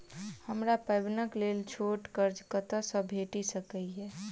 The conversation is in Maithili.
हमरा पाबैनक लेल छोट कर्ज कतऽ सँ भेटि सकैये?